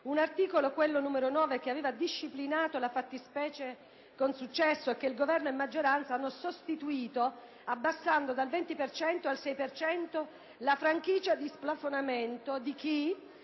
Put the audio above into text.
un articolo che aveva disciplinato la fattispecie con successo e che il Governo e la maggioranza hanno sostituito abbassando dal 20 al 6 per cento la franchigia di splafonamento di chi,